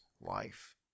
life